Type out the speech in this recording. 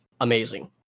amazing